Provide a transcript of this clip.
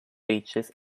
beaches